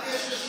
למה?